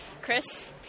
Chris